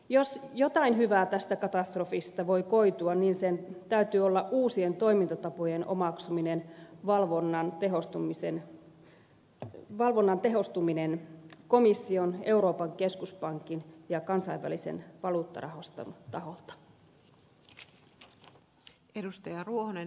jos jotain hyvää tästä katastrofista voi koitua niin sen täytyy olla uusien toimintatapojen omaksuminen valvonnan tehostuminen komission euroopan keskuspankin ja kansainvälisen valuuttarahaston taholta